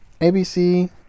ABC